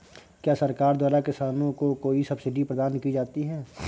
क्या सरकार द्वारा किसानों को कोई सब्सिडी प्रदान की जाती है?